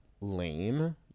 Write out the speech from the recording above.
lame